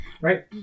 right